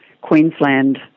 Queensland